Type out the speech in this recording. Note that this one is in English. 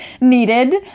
needed